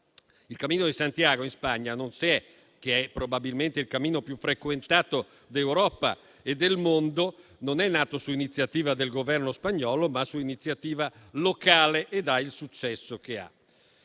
Il cammino di Santiago in Spagna, che è probabilmente il più frequentato d'Europa e del mondo, non è nato su iniziativa del Governo spagnolo, ma su iniziativa locale ed ha il successo che ha.